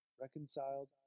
reconciled